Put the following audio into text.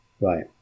Right